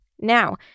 Now